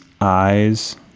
eyes